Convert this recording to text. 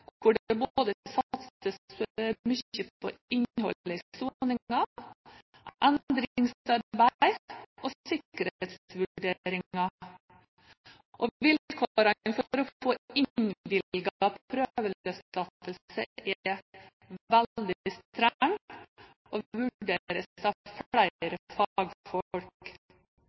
hvor det satses mye på både innhold i soningen, endringsarbeid og sikkerhetsvurderinger. Vilkårene for å få innvilget prøveløslatelse er veldig strenge og vurderes av flere